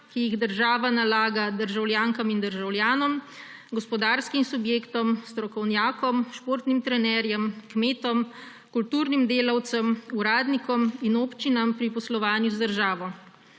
ki jih država nalaga državljankam in državljanom, gospodarskim subjektom, strokovnjakom, športnim trenerjem, kmetom, kulturnim delavcem, uradnikom in občinam pri poslovanju z državo.